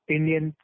Indian